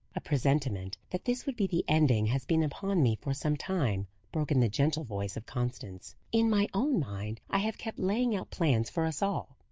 a presentiment that this would be the ending has been upon me for some time, broke in the gentle voice of constance. in my own mind i have kept laying out plans for us all.